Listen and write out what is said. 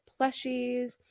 plushies